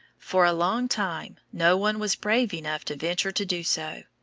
for a long time no one was brave enough to venture to do so.